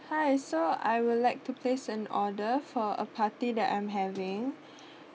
hi so I would like to place an order for a party that I'm having